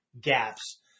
gaps